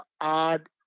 odd